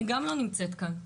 היא גם לא נמצאת כאן,